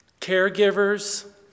Caregivers